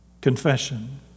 Confession